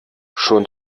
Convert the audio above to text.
schon